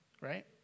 right